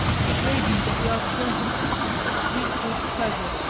it may be that we are chosen instruments of his good pleasure,